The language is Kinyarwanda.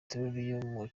bihanganye